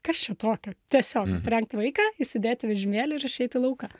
kas čia tokio tiesiog aprengti vaiką įsidėt vežimėlį ir išeit į lauką